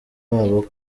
babo